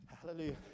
Hallelujah